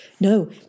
No